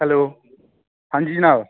hello आं जी जनाब